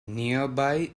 nearby